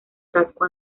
casco